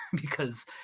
because-